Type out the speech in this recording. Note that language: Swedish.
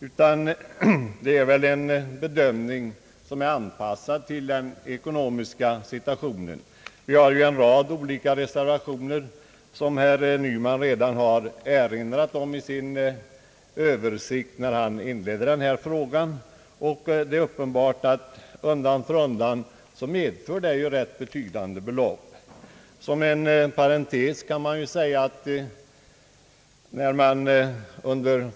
Här är det mera fråga om en bedömning som är anpassad till den ekonomiska situationen. I det utlåtande som vi nu behandlar föreligger en hel rad med reservationer — som herr Nyman redan har erinrat om i sin översikt när han inledde debatten i den här frågan — och det är uppenbart att de förslag som där framförs tillsammans innebär en rätt betydande utgiftsökning.